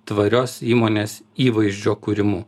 tvarios įmonės įvaizdžio kūrimu